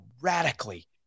radically